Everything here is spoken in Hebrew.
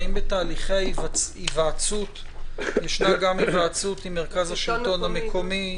האם בתהליכי ההיוועצות יש גם היוועצות עם מרכז השלטון המקומי?